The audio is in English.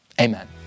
amen